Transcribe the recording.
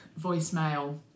voicemail